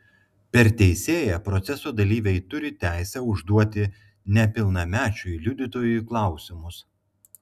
per teisėją proceso dalyviai turi teisę užduoti nepilnamečiui liudytojui klausimus